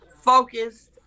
focused